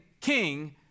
king